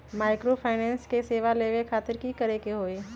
Microfinance के सेवा लेबे खातीर की करे के होई?